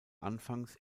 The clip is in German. anfangs